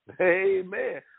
Amen